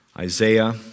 Isaiah